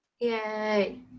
yay